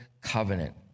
covenant